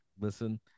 listen